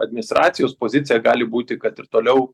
administracijos pozicija gali būti kad ir toliau